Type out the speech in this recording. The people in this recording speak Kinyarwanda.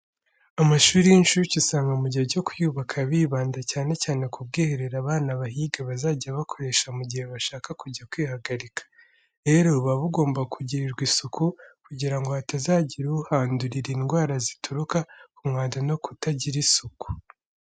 Amashuri y'incuke usanga mu gihe cyo kuyubaka bibanda cyane cyane ku bwiherero abana bahiga bazajya bakoresha mu gihe bashaka kujya kwihagarika. Rero, buba bugomba kugirirwa isuku kugira ngo hatazagira uhandurira indwara zituruka ku mwanda no kutagira isuku.